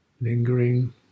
lingering